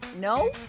No